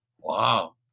Wow